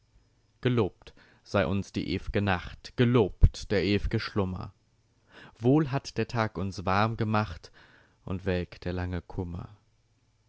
gelobt sei uns die ew'ge nacht gelobt der ew'ge schlummer wohl hat der tag uns warm gemacht und welk der lange kummer